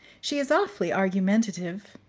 she is awfully argumentative.